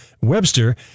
Webster